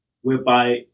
whereby